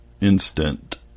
instant